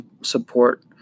support